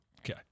Okay